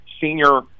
senior